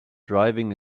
driving